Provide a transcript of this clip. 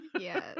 Yes